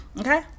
okay